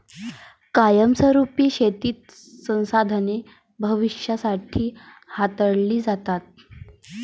कायमस्वरुपी शेतीतील संसाधने भविष्यासाठी हाताळली जातात